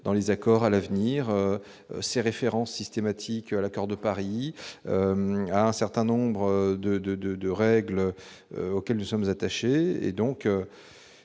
dans les accords à l'avenir ces références systématiques à l'accord de Paris a un certain nombre de, de, de, de règles auxquelles nous sommes attachés